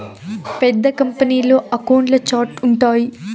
పెద్ద కంపెనీల్లో అకౌంట్ల ఛార్ట్స్ ఉంటాయి